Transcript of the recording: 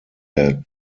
der